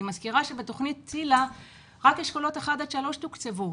אני מזכירה שבתוכנית ציל"ה רק אשכולות 3-1 תוקצבו.